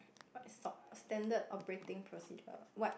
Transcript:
what is sop Standard operating procedure what